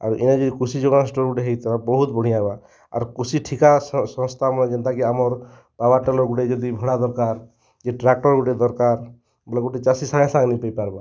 ଆଉ ଏହା ଯେ କୃଷି ଯୋଗାଣ ଷ୍ଟୋର୍ ଗୁଟେ ହେତା ବହୁତ୍ ବଢ଼ିଆ ହେବା ଆର୍ କୃଷି ଠିକା ସଂସ୍ଥା ଆମର୍ ଯେନ୍ତା କି ଆମର୍ ପାୱାର୍ ଟିଲର୍ ଗୁଟେ ଯଦି ଭଡ଼ା ଦରକାର୍ ଯଦି ଟ୍ରାକ୍ଟର୍ ଗୁଟେ ଦରକାର୍ ବେଲେ ଗୁଟେ ଚାଷୀ ସାଙ୍ଗେସାଙ୍ଗେ ପାର୍ବା